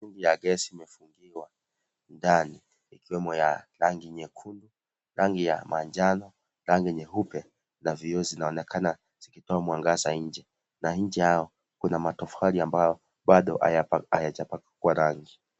Mitungi ya gesi imefungiwa ndani ikiwemo ya rangi nyekundu, rangi ya manjano, rangi nyeupe na vioo zinaonekana zikitoa mwangaza nje na nje yao kuna matofali ambayo bado hayajapakwa rangi.